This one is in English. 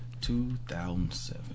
2007